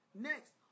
next